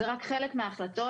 אלו רק חלק מההחלטות,